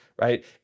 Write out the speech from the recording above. Right